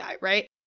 right